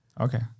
Okay